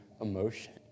emotion